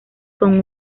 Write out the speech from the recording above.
con